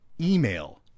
email